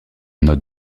note